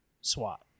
SWAT